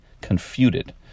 Confuted